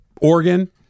Oregon